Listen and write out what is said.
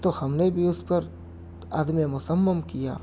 تو ہم نے بھی اُس پر عزمِ مصمم کیا